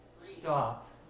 stop